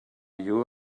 you